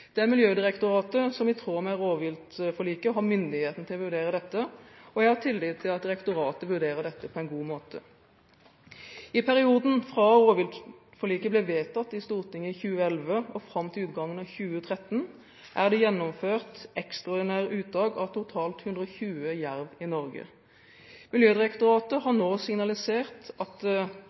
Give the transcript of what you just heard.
Det er Miljødirektoratet som i tråd med rovviltforliket har myndigheten til å vurdere dette, og jeg har tillit til at direktoratet vurderer dette på en god måte. I perioden fra rovviltforliket ble vedtatt i Stortinget i 2011 og fram til utgangen av 2013 er det gjennomført ekstraordinære uttak av totalt 120 jerv i Norge. Miljødirektoratet har nå signalisert at